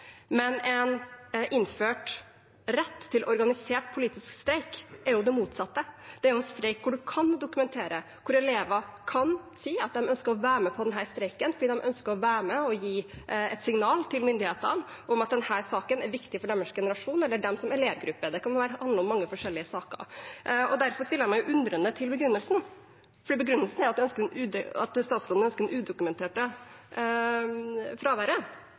Men en innført rett til organisert politisk streik er jo det motsatte. Det er en streik der man kan dokumentere, der elever kan si at de ønsker å være med på denne streiken fordi de ønsker å gi et signal til myndighetene om at denne saken er viktig for deres generasjon eller dem som elevgruppe – det kan handle om mange forskjellige saker. Derfor stiller jeg meg undrende til begrunnelsen, for begrunnelsen er at statsråden ikke ønsker